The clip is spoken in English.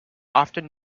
often